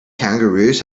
kangaroos